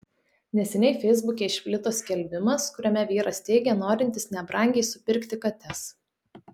neseniai feisbuke išplito skelbimas kuriame vyras teigia norintis nebrangiai supirkti kates